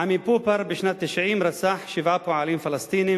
עמי פופר ב-1990 רצח שבעה פועלים פלסטינים